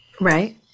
Right